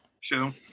show